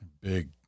Big